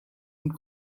und